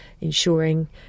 ensuring